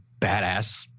badass